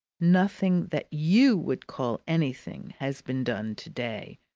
nothing that you would call anything has been done to-day,